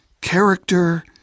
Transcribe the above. character